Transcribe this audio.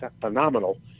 phenomenal